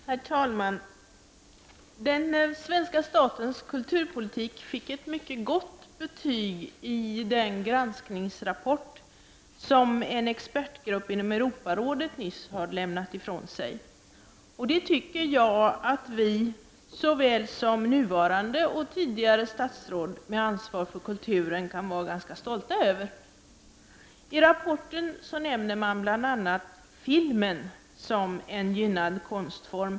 Herr talman! Den svenska statens kulturpolitik fick ett mycket gott betyg i den granskningsrapport som en expertgrupp inom Europarådet nyligen har lämnat ifrån sig. Det tycker jag att vi, liksom nuvarande och tidigare statsråd med ansvar för kulturen, kan vara ganska stolta över. I rapporten nämner man bl.a. filmen som en gynnad konstform.